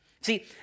See